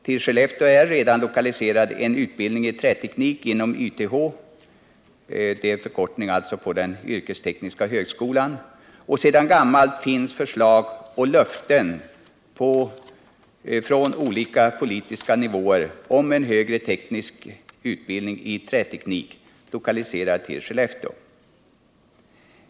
Till Skellefteå är redan lokaliserad en utbildning i träteknik inom YTH, dvs. den yrkestekniska högskolan, och sedan gammalt finns förslag och löften på olika politiska nivåer om en högre teknisk utbildning i träteknik lokaliserad till Skellefteå.